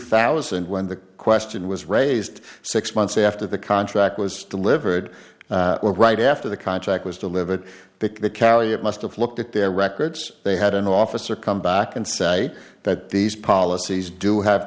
thousand when the question was raised six months after the contract was delivered right after the contract was delivered that the callee it must've looked at their records they had an officer come back and say that these policies do have